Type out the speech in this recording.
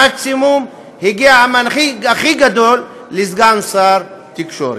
במקסימום הגיע, המנהיג הכי גדול, לסגן שר התקשורת.